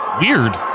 Weird